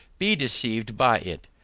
be deceived by it.